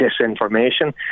disinformation